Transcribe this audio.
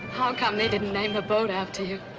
how come they didn't name the boat after you?